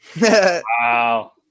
Wow